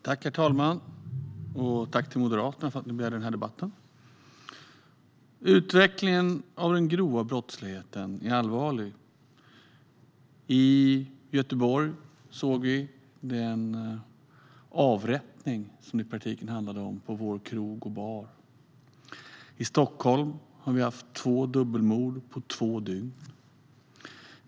Herr talman! Jag vill tacka Moderaterna, som har begärt denna debatt. Utvecklingen av den grova brottsligheten är allvarlig. I Göteborg såg vi en avrättning, som det i praktiken handlade om, på Vår Krog & Bar. I Stockholm har vi haft två dubbelmord på två dygn.